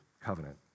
covenant